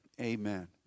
Amen